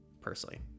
personally